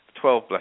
Twelve